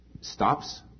stops